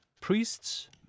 Priests